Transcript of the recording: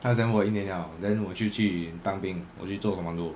他 exempt 我一年了 then 我就去当兵我就做 commando